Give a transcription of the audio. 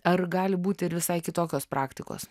ar gali būt ir visai kitokios praktikos